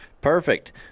Perfect